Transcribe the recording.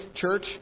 church